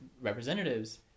representatives